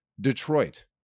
Detroit